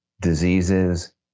diseases